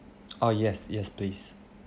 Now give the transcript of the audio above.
oh yes yes please